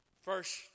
First